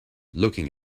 looking